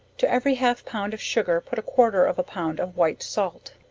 to every half pound of sugar, put a quarter of a pound of white salt.